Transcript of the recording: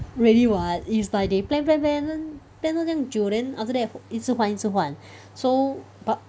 really [what] it's like they plan plan plan plan 到这样久 then after that 一直换一直换 so but